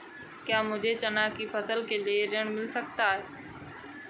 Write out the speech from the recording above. क्या मुझे चना की फसल के लिए ऋण मिल सकता है?